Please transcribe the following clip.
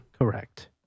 Correct